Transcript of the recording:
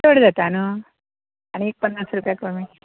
चड जाता न्हय आनी एक पन्नास रुपया कमी